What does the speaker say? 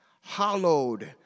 hallowed